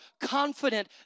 confident